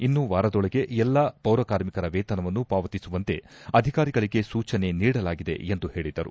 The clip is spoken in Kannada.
ಇನ್ನು ವಾರದೊಳಗೆ ಎಲ್ಲಾ ಪೌರಕಾರ್ಮಿಕರ ವೇತನವನ್ನು ಪಾವತಿಸುವಂತೆ ಅಧಿಕಾರಿಗಳಿಗೆ ಸೂಚನೆ ನೀಡಲಾಗಿದೆ ಎಂದು ಹೇಳಿದರು